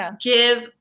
give